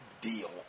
deal